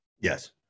Yes